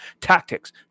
tactics